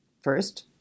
First